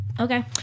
Okay